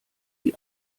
die